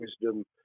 wisdom